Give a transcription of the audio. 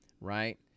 right